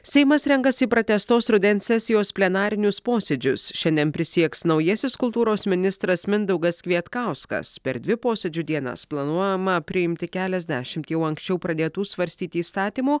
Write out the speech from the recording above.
seimas renkasi į pratęstos rudens sesijos plenarinius posėdžius šiandien prisieks naujasis kultūros ministras mindaugas kvietkauskas per dvi posėdžių dienas planuojama priimti keliasdešimt jau anksčiau pradėtų svarstyti įstatymų